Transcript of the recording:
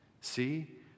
See